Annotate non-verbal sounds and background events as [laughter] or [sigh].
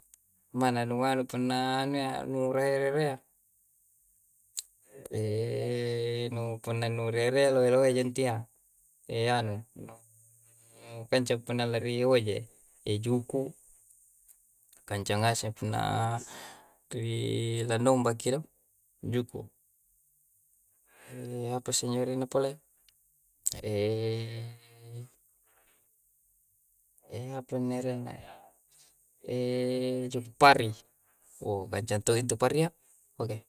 Manna nu nganu punna anuyya, nu rahayya ri erea. [hesitation] nu punna nu ri erea lohe-lohe ja intiyya. Eanu, nu [hesitation] kancang punna lari hojai. Ejuku, kancang ngase punna, rii [hesitation] na nombakki do, juku. [hesitation] apasse injo arenna pole? [hesitation] apanni arennae? [hesitation] cumi pari. Owh kancang todo' intu paria. Oke